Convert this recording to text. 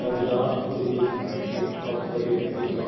नवजात उद्यमीक एक अवसरेर पीछा